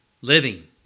living